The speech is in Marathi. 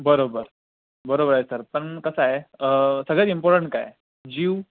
बरोबर बरोबर आहे सर पण कसं आहे सगळ्यात इम्पॉर्टंट काय आहे जीव